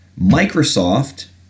Microsoft